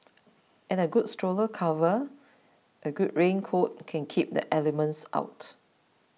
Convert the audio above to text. and a good stroller cover and good raincoat can keep the elements out